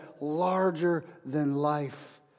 larger-than-life